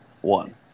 one